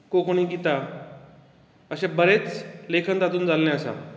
कोंकणी गितां अशे बरेंच लेखन तातूंत जाल्लें आसा